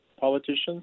politicians